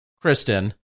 Kristen